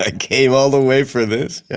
i came all the way for this, yeah?